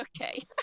okay